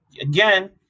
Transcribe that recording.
Again